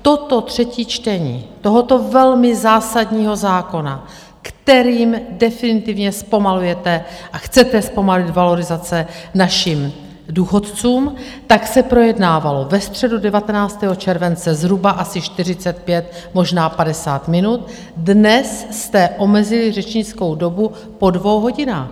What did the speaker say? Toto třetí čtení tohoto velmi zásadního zákona, kterým definitivně zpomalujete a chcete zpomalit valorizace našim důchodcům, tak se projednávalo ve středu 19. července zhruba asi 45, možná 50 minut, dnes jste omezili řečnickou dobu po dvou hodinách.